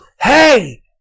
Hey